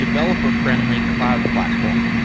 developer friendly cloud platform.